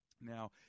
Now